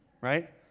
Right